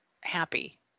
happy